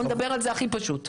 נדבר על זה הכי פשוט.